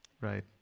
Right